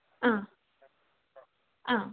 ആ ആ